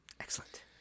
Excellent